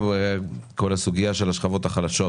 גם הסוגיה של השכבות החלשות